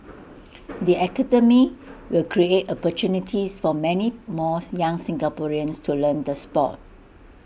the academy will create opportunities for many more young Singaporeans to learn the Sport